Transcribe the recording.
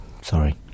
Sorry